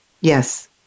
Yes